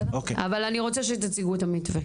אני רוצה שתציגו את המתווה.